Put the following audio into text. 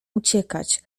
uciekać